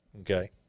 okay